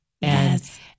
Yes